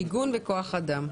מיגון וכוח אדם.